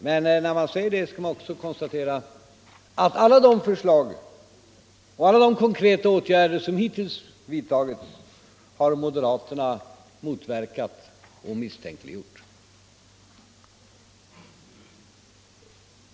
Men när man säger det skall man också konstatera att alla de förslag som har ställts och alla de konkreta åtgärder som hittills har vidtagits har moderaterna motverkat och misstänkliggjort.